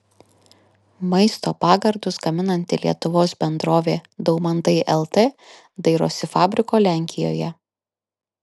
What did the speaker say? maisto pagardus gaminanti lietuvos bendrovė daumantai lt dairosi fabriko lenkijoje